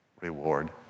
reward